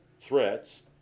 threats